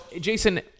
Jason